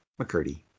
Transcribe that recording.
mccurdy